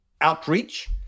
outreach